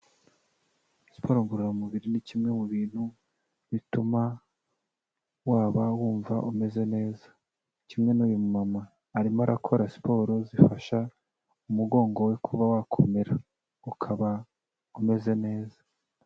Siporo ngororamubiri ni kimwe mu bintu bituma waba wumva umeze neza, kimwe n'uyu mumama arimo arakora siporo zifasha umugongo we kuba wakomera ukaba umeze neza.